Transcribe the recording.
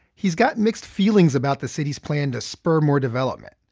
he's got mixed feelings about the city's plan to spur more development.